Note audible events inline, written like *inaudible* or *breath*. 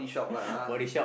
*breath* body shop